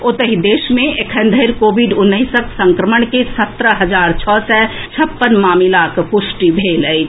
ओतहि देश मे एखन धरि कोविड उन्नैस संक्रमण के सत्रह हजार छओ सय छप्पन मामिलाक पुष्टि भेल अछि